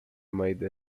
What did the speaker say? made